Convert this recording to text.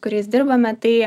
kuriais dirbame tai